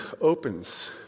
opens